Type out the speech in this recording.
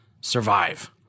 survive